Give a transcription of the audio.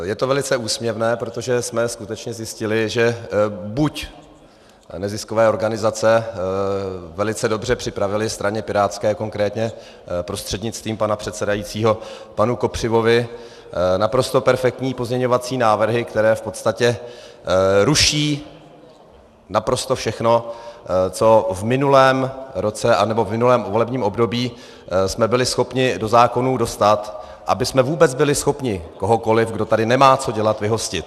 Je to velice úsměvné, protože jsme skutečně zjistili, že buď neziskové organizace velice dobře připravily straně pirátské, konkrétně prostřednictvím pana předsedajícího panu Kopřivovi, naprosto perfektní pozměňovací návrhy, které v podstatě ruší naprosto všechno, co v minulém volebním období jsme byli schopni do zákonů dostat, abychom vůbec byli schopni kohokoliv, kdo tady nemá co dělat, vyhostit.